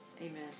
Amen